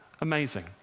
Amazing